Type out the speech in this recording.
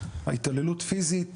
ההתעללות פיזית,